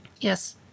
Yes